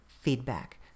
feedback